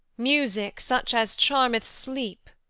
music, such as charmeth sleep!